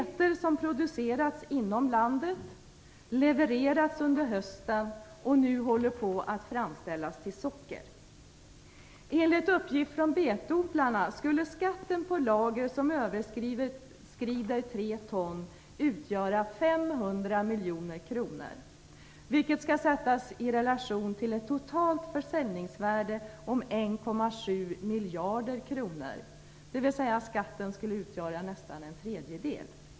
Det är betor som producerats inom landet, levererats under hösten och nu används för att framställa socker. Enligt uppgift från betodlarna skulle skatten på lager som överskrider 3 ton utgöra 500 miljoner kronor. Det skall sättas i relation till ett totalt försäljningsvärde på 1,7 miljarder kronor. Skatten skulle alltså utgöra nästan en tredjedel.